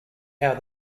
how